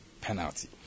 penalty